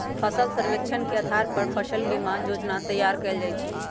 फसल सर्वेक्षण के अधार पर फसल बीमा जोजना तइयार कएल जाइ छइ